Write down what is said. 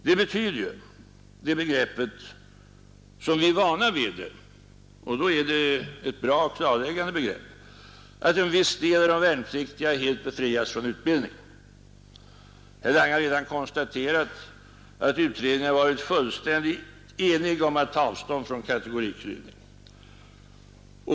Som vi är vana vid betyder begreppet — då är begreppet bra och klarläggande — att en viss del av de värnpliktiga helt befrias från utbildning. Herr Lange har redan konstaterat att utredningen har varit fullständigt enig om att ta avstånd från kategoriklyvning.